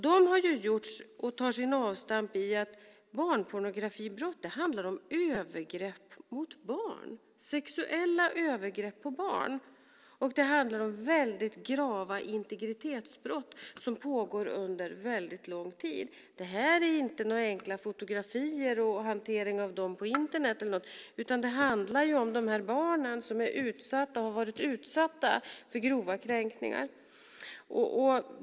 Det har gjorts, och det tar sitt avstamp i att barnpornografibrott handlar om sexuella övergrepp på barn. Det handlar om väldigt grava integritetsbrott som pågår under väldigt lång tid. Det handlar alltså inte om några enkla fotografier och hanteringen av dem på Internet, utan det handlar om dessa barn som är och har varit utsatta för grova kränkningar.